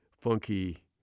funky